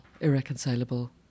irreconcilable